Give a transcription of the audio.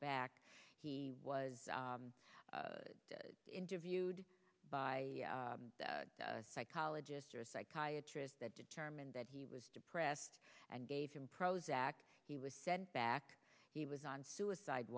back he was interviewed by a psychologist or a psychiatrist that determined that he was depressed and gave him prozac he was sent back he was on suicide